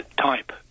type